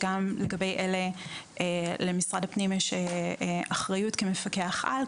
גם לגבי אלה למשרד הפנים יש אחריות כמפקח-על,